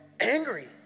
Angry